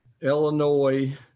Illinois